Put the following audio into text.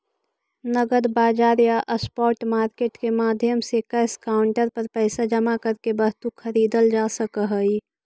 नगद बाजार या स्पॉट मार्केट के माध्यम से कैश काउंटर पर पैसा जमा करके वस्तु खरीदल जा सकऽ हइ